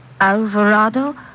Alvarado